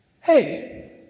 Hey